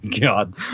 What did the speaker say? God